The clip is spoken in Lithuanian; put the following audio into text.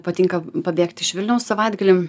patinka pabėgti iš vilniaus savaitgalį